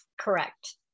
Correct